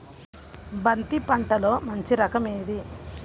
బంతి పంటలో మంచి రకం ఏది?